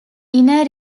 inner